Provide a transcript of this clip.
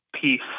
peace